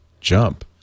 jump